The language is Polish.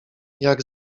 jak